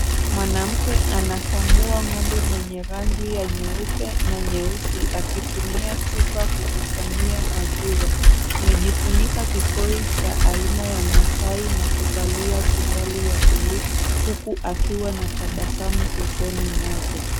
Mwanamke anakamua ng'ombe mwenye rangi ya nyeupe na nyeusi akitumia chupa kukusanyia maziwa. Amejifunika kikoi cha aina ya maasai na kuvalia suruali ya buluu huku akiwa na tabasamu usoni mwake.